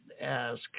ask